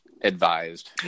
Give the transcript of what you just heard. advised